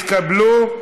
שהתקבלו.